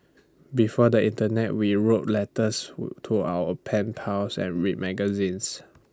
before the Internet we wrote letters to our pen pals and read magazines